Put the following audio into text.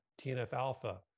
TNF-alpha